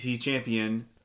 champion